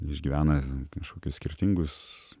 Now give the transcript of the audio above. išgyvena kažkokius skirtingus